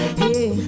hey